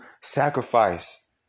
sacrifice